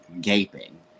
gaping